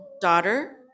daughter